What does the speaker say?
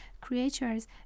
creatures